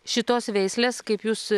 šitos veislės kaip jūs